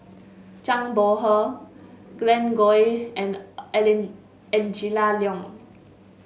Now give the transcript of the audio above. Zhang Bohe Glen Goei and Angela Liong